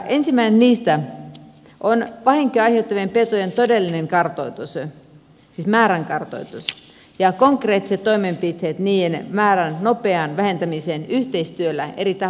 ensimmäinen niistä on vahinkoja aiheuttavien petojen todellisen määrän kartoitus ja konkreettiset toimenpiteet niiden määrän nopeaan vähentämiseen yhteistyöllä eri tahojen kanssa